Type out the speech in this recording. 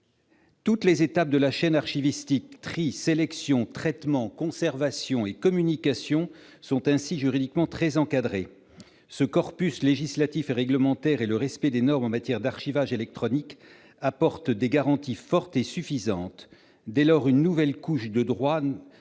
toutes les étapes de la chaîne archiviste il trie traitement Conservation et communication sont ainsi juridiquement très encadré, ce corpus législatif et réglementaire, et le respect des normes en matière d'archivage électronique apporte des garanties fortes et suffisante dès lors une nouvelle couche de droit ne